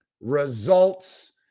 results